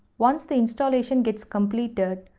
once the installation gets completed,